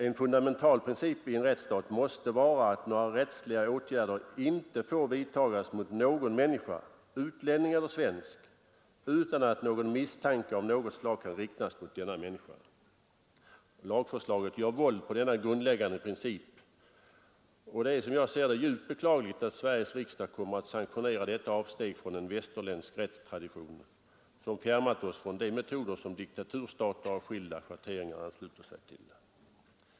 En fundamental princip i en rättsstat måste vara, att några rättsliga åtgärder inte får vidtas mot någon människa — utlänning eller svensk — utan att någon misstanke av något slag kan riktas mot denna människa. Lagförslaget gör våld på denna grundläggande princip, och det är, som jag ser det, djupt beklagligt att Sveriges riksdag kommer att sanktionera detta avsteg från en västerländsk rättstradition, som fjärmat oss från de metoder diktaturstater av skilda schatteringar ansluter sig till.